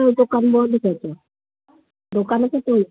ଦୋକାନ ଦୋକାନକୁ